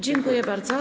Dziękuję bardzo.